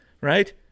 right